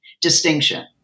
distinction